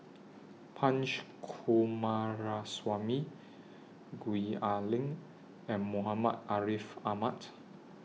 Punch Coomaraswamy Gwee Ah Leng and Muhammad Ariff Ahmad